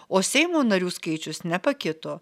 o seimo narių skaičius nepakito